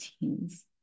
teens